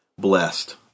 blessed